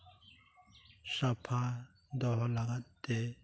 ᱥᱟᱯᱷᱟ ᱫᱚᱦᱚ ᱞᱟᱜᱟᱫ ᱛᱮ